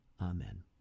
Amen